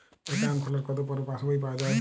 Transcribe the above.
Account খোলার কতো পরে পাস বই পাওয়া য়ায়?